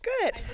Good